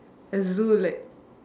as though like